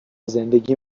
زندگیم